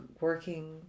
working